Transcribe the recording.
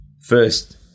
first